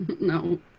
no